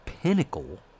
Pinnacle